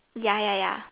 ya ya ya